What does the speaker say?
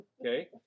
okay